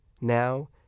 now